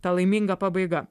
ta laiminga pabaiga